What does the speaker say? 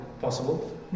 Possible